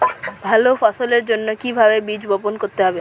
ভালো ফসলের জন্য কিভাবে বীজ বপন করতে হবে?